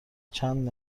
چند